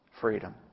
freedom